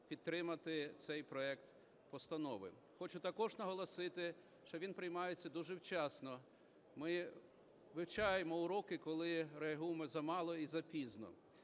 підтримати цей проект постанови. Хочу також наголосити, що він приймається дуже вчасно. Ми вивчаємо уроки, коли реагуємо замало і запізно.